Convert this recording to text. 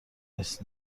نیست